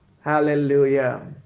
Hallelujah